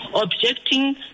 objecting